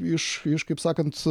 iš iš kaip sakant